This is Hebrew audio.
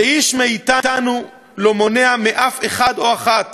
שאיש מאתנו לא מונע מאף אחד או אחת